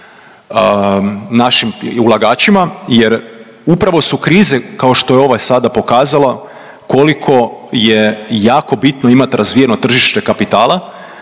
našim ulagačima, jer upravo su krize kao što je ova sada pokazala koliko je jako bitno imati razvijeno tržište kapitala